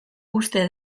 uste